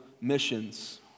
missions